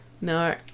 No